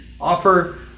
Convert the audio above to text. offer